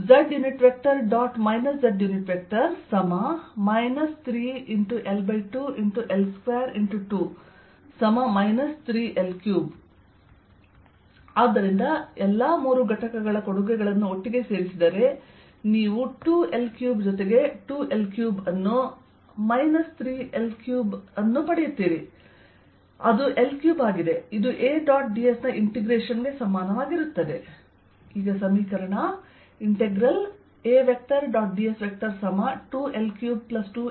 z 3×L2L2×2 3L3 ಆದ್ದರಿಂದ ನೀವು ಎಲ್ಲಾ ಮೂರು ಘಟಕಗಳ ಕೊಡುಗೆಗಳನ್ನು ಒಟ್ಟಿಗೆ ಸೇರಿಸಿದರೆ ನೀವು 2L3 ಜೊತೆಗೆ 2L3ಮೈನಸ್ 3L3ಅನ್ನು ಪಡೆಯುತ್ತೀರಿ ಅದು L3ಆಗಿದೆ ಇದು A ಡಾಟ್ ds ನ ಇಂಟೆಗ್ರೇಶನ್ ಗೆ ಸಮಾನವಾಗಿರುತ್ತದೆ